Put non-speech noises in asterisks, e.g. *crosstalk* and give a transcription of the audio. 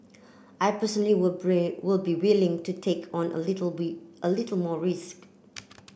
I personally would *unintelligible* would be willing to take on a little *unintelligible* a little more risk